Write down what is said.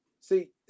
see